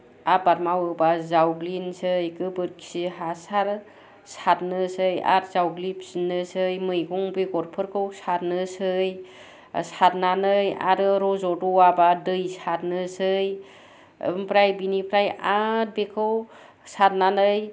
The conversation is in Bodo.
आबाद मावोबा जावग्लिनोसै गोबोरखि हासार सारनोसै आरो जावग्लिफिननोसै मैगं बेगरफोरखौ सारनोसै सारनानै आरो रज'द'वाबा दै सारनोसै ओमफ्राय बेनिफ्राय आरो बेखौ सारनानै